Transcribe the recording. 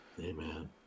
Amen